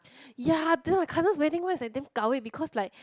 ya then my cousin's wedding went like damn kao eh because like